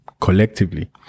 Collectively